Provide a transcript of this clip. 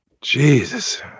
Jesus